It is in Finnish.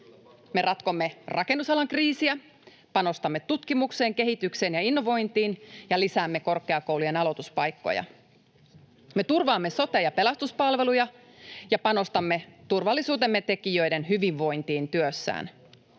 Me ratkomme rakennusalan kriisiä, panostamme tutkimukseen, kehitykseen ja innovointiin ja lisäämme korkeakoulujen aloituspaikkoja. Me turvaamme sote- ja pelastuspalveluja ja panostamme turvallisuutemme tekijöiden hyvinvointiin työssään.